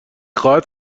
خواهد